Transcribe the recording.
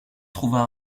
trouva